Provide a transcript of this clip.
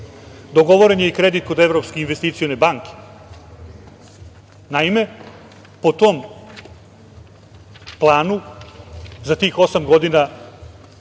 Dogovoren je i kredit kod Evropske investicione banke. Naime, po tom planu, za tih osam godina